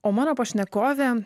o mano pašnekovė